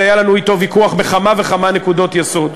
והיה לנו אתו ויכוח בכמה וכמה נקודות יסוד,